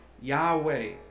Yahweh